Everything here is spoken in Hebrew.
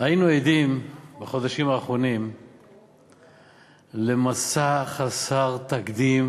היינו עדים בחודשים האחרונים למסע חסר תקדים